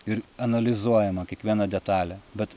ir analizuojama kiekviena detalė bet